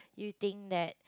you think that